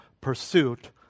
pursuit